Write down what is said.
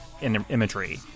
imagery